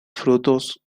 frutos